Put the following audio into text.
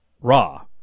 Raw